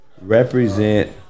represent